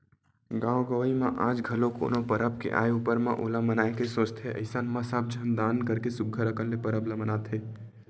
गाँव गंवई म आज घलो कोनो परब के आय ऊपर म ओला मनाए के सोचथे अइसन म सब झन दान करके सुग्घर अंकन ले परब ल मनाथे